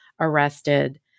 arrested